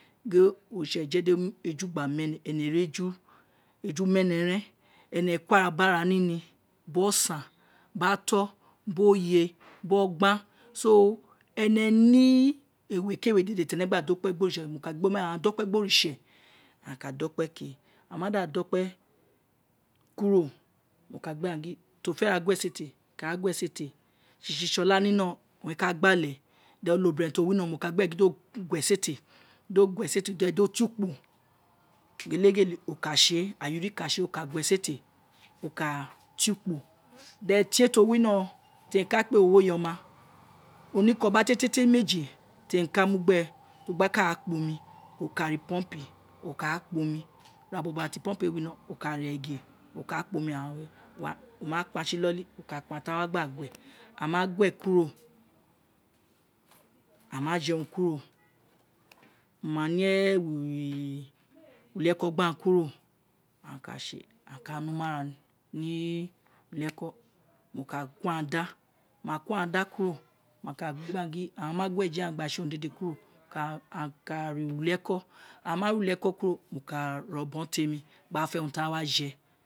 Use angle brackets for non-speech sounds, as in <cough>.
Gho ontṣẹ je di eju gba ma ẹnẹ, ẹnẹ ri eju, eju ma ene ren, ene kpara biri ara nini biri osan biri ato biri oye biri ọgban so, ẹnẹ nẹ ewē ke we dede ti ene gba da okpe gbe oritse mo ka gin oma ghan, aghan da okpe gbe oritse aghan ka do kpe ke ama da da okpe kuro, mo ken gin gbe aghan giri o fe ra gue esete ka ra gue esete sisi tsola nino ron owun reka gba ale, then ono biren ti o wino mo ka gin gbe gin do gue esete then di o te ukpo <hesitation> <noise> gheleghele o ka se ayiri ka se o ka gue esete ka <noise> te ukpo <noise> then tie ti o wino <noise> he mi ka kpe oghoyeoma one koma tie tie meji ti emi ka mu gbēē ogba ka kpan omi oka re pomp okara kpan omi ira bọbọ <noise> ti pomp ee wino o ka re ege <noise> o ma kpa si inoli o ka kpan ti eghan gba gue a ma gue kuro <noise> ama je urun kuro, ama jerun kuro <noise> mo ma ni ewu <hesitation> uliekoghen kuro aghan ka se, aghan ka <noise> numara ni uli ẹkọ mo ko aghan da, mo mako aghan dakuro mo ka gin gbe aghan gin gin, ama gue eji gba ṣọn, eka re uliekọ a ma re ulieko kuro mo ka re ọbọn te mi gba fẹ run tia waje